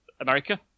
America